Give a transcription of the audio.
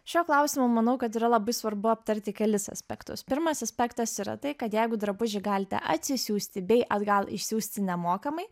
šio klausimo manau kad yra labai svarbu aptarti kelis aspektus pirmas aspektas yra tai kad jeigu drabužį galite atsisiųsti bei atgal išsiųsti nemokamai